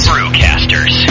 Brewcasters